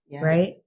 right